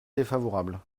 défavorable